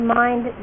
mind